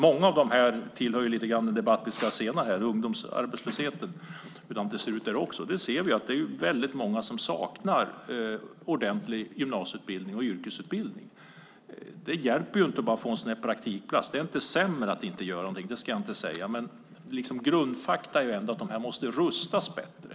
Många av frågorna hör till sådant vi ska debattera lite senare här, som ungdomsarbetslösheten. Vi ser att det är väldigt många som saknar ordentlig gymnasieutbildning och yrkesutbildning. Det hjälper inte med att bara få en praktikplats. Det är inte sämre än att inte göra någonting, det ska jag inte säga, men grundfaktum är ändå att ungdomarna måste rustas bättre.